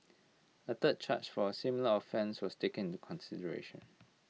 A third charge for A similar offence was taken into consideration